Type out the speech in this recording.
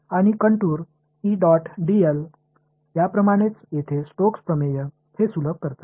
आणि कंटूर प्रमाणेच येथे स्टोक्स प्रमेय हे सुलभ करतात